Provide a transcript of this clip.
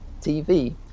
TV